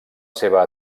seva